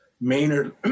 Maynard